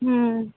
ம்